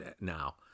now